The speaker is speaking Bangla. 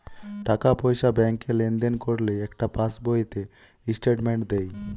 টাকা পয়সা ব্যাংকে লেনদেন করলে একটা পাশ বইতে স্টেটমেন্ট দেয়